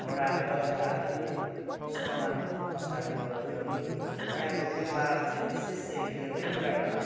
घोडा गधाहरूले सामान ओसार्ने गर्थ्यो अनि त्यहाँको व्यापार चाहिँ विशेष चाहिँ घिर्लिङबाट